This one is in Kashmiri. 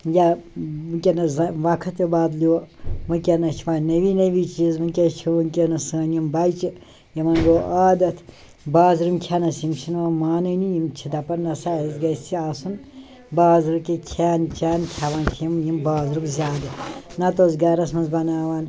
یا ؤنۍ کیٚنَس زا وقت تہِ بدلیو ؤنکیٚنَس چھِ ؤنۍ نٔوی نٔوی چیٖز ؤنکیٚنَس چھِ ؤنۍ کیٚنَس سٲنِۍ یِم بَچہٕ یِمَن گوٚو عادت بارِم کھیٚنَس چھِنہٕ ؤنۍ مانٲنی یِم چھِ دَپان نہ سا اَسہِ گژھِ آسُن بازرٕکۍ کھیٚن چھیٚن کھیٚوان چھِ یِم یہِ بازرُک زیادٕ نَتہٕ ٲسۍ گَرَس منٛز بناوان